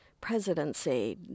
presidency